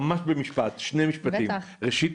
ממש בקצרה: ראשית,